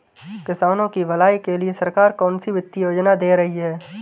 किसानों की भलाई के लिए सरकार कौनसी वित्तीय योजना दे रही है?